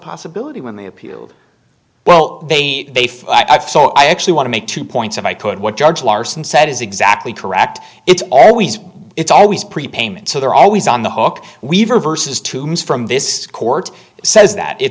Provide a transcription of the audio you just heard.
possibility when they appealed well they five so i actually want to make two points if i could what judge larson said is exactly correct it's always it's always prepayment so they're always on the hook weaver versus tombs from this court says that it